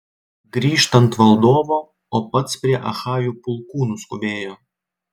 grįžtant valdovo o pats prie achajų pulkų nuskubėjo